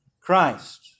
Christ